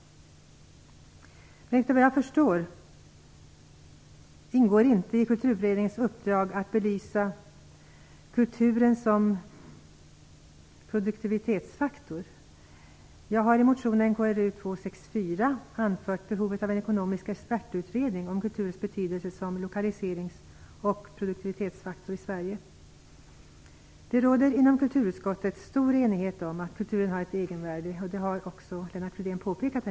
Efter vad jag förstår ingår inte i Kulturutredningens uppdrag att belysa kulturen som produktivitetsfaktor. Jag har i motionen Kr264 anfört behovet av en ekonomisk expertutredning om kulturens betydelse som lokaliserings och produktivitetsfaktor i Sverige. Det råder inom kulturutskottet stor enighet om att kulturen har ett egenvärde. Det har också Lennart Fridén nyss påpekat.